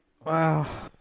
Wow